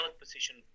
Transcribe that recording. position